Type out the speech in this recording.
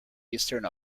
eastern